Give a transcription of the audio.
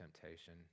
temptation